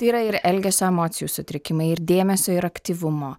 tai yra ir elgesio emocijų sutrikimai ir dėmesio ir aktyvumo